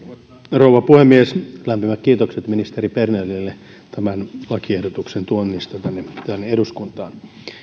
rouva puhemies lämpimät kiitokset ministeri bernerille tämän lakiehdotuksen tuomisesta eduskuntaan